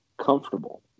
comfortable